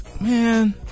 Man